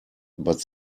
but